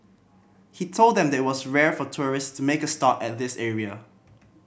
he told them that it was rare for tourist to make a stop at this area